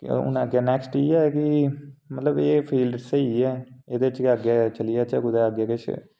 हून नैक्सट इ'यै ऐ कि मतलब एह् फील्ड स्हेई ऐ एह्दे च अग्गें चली जाह्चै कुतै अग्गें किश